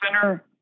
center